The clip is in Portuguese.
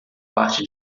parte